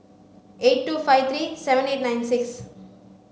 eight two five three seven eight nine six